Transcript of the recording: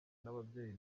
n’ababyeyi